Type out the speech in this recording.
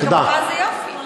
את זה תרגמתי במקום.